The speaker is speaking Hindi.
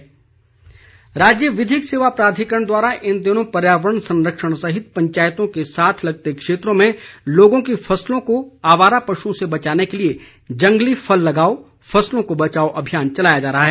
पौधरोपण राज्य विधिक सेवा प्राधिकरण द्वारा इन दिनों पर्यावरण संरक्षण सहित पंचायतों के साथ लगते क्षेत्रों में लोगों की फसलों को आवारा पशुओं से बचाने के लिए जंगली फल लगाओ फसलों को बचाओ अभियान चलाया जा रहा है